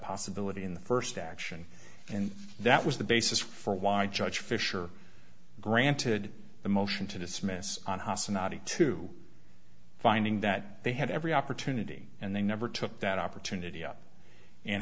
possibility in the first action and that was the basis for why the judge fisher granted the motion to dismiss on hossa not to finding that they had every opportunity and they never took that opportunity up and